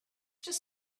just